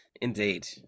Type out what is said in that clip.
Indeed